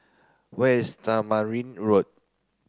where is Tamarind Road